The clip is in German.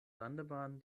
landebahn